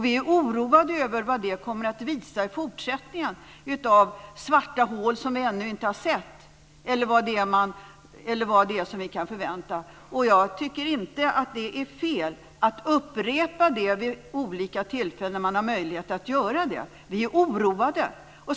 Vi är oroade över vad det kommer att leda till i fortsättningen när det gäller svarta hål som vi ännu inte har sett eller vad det är som vi kan förvänta oss. Jag tycker inte att det är fel att upprepa detta vid de tillfällen då man har möjlighet att göra det. Vi är oroade.